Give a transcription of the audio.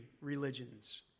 religions